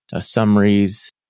summaries